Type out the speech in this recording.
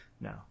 No